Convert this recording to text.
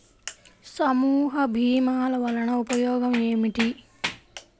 సమూహ భీమాల వలన ఉపయోగం ఏమిటీ?